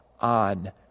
on